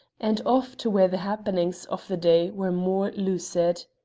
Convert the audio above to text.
and off to where the happenings of the day were more lucid.